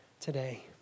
today